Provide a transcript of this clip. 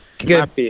good